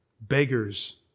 beggars